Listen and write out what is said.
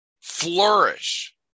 flourish